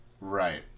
Right